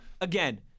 again